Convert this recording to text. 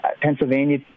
Pennsylvania